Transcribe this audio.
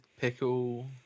Pickle